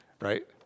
right